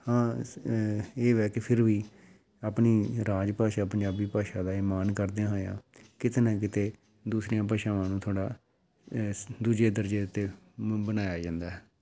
ਹਾਂ ਸ ਇਹ ਵੈ ਕਿ ਫਿਰ ਵੀ ਆਪਣੀ ਰਾਜ ਭਾਸ਼ਾ ਪੰਜਾਬੀ ਭਾਸ਼ਾ ਦਾ ਇਹ ਮਾਣ ਕਰਦਿਆਂ ਹੋਇਆ ਕਿਤੇ ਨਾ ਕਿਤੇ ਦੂਸਰੀਆਂ ਭਾਸ਼ਾਵਾਂ ਨੂੰ ਥੋੜ੍ਹਾ ਇਸ ਦੂਜੇ ਦਰਜੇ ਉੱਤੇ ਮ ਬਣਾਇਆ ਜਾਂਦਾ ਹੈ